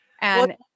And-